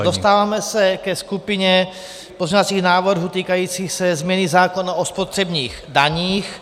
Dostáváme se ke skupině pozměňovacích návrhů týkajících se změny zákona o spotřebních daních.